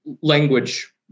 language